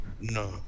No